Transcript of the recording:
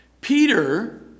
Peter